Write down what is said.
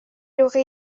aurait